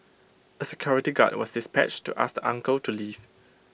A security guard was dispatched to ask uncle to leave